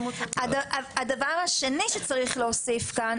הדבר השני שצריך להוסיף כאן,